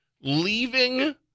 leaving